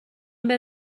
خوام